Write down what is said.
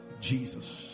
Jesus